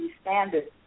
standards